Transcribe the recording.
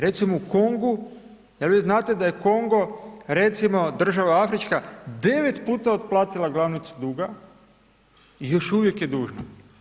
Recimo u Kongu, jel vi znate da je Kongo, recimo država afrička, 9 puta otplatila glavnicu duga i još uvijek je dužna.